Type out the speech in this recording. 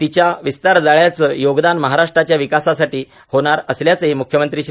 तिच्या विस्तारजाळ्याचे योगदान महाराष्ट्राच्या विकासासाठी घेणार असल्याचंही मुख्यमंत्री श्री